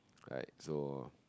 right so